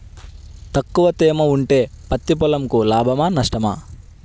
తక్కువ తేమ ఉంటే పత్తి పొలంకు లాభమా? నష్టమా?